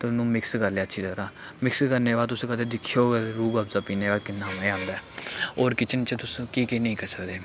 ते ओनू मिक्स करी लेआ अच्छी तरह मिक्स करने दे बाद तुस कदें दिक्खेओ रूह् अफजा पीने बाद किन्ना मज़ा आंदा ऐ होर किचन च तुस केह् केह् नेईं करी सकदे